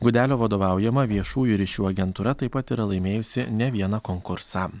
gudelio vadovaujama viešųjų ryšių agentūra taip pat yra laimėjusi ne vieną konkursą